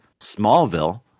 Smallville